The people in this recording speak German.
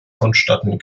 vonstatten